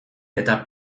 eta